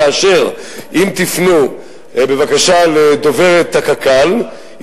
כאשר אם תפנו בבקשה לדוברת הקק"ל,